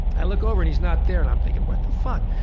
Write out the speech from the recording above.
i look over and he's not there and i'm thinking what the fuck?